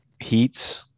heats